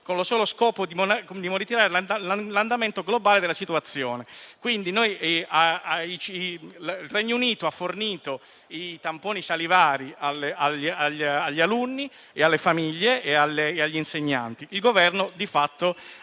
con il solo scopo di monitorare l'andamento globale della situazione. Il Regno Unito ha fornito i tamponi salivari agli alunni, alle famiglie e agli insegnanti, mentre il nostro